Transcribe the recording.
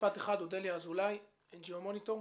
משפט אחד, אודליה אזולאי, כי